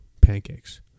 pancakes